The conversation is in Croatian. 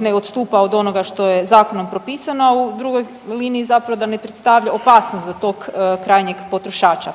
ne odstupa od onoga što je zakonom propisanom a u drugoj liniji zapravo da ne predstavlja opasnost za tog krajnjeg potrošača.